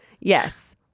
Yes